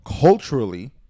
Culturally